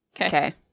Okay